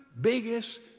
biggest